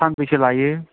सानबेसे लायो